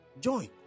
Join